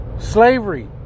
Slavery